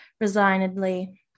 resignedly